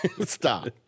stop